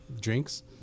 drinks